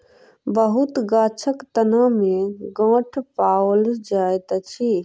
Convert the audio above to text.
बहुत गाछक तना में गांठ पाओल जाइत अछि